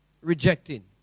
rejecting